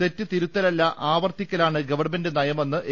തെറ്റ് തിരുത്തലല്ല ആവർത്തിക്കലാണ് ഗവൺമെന്റ് നയമെന്ന് എ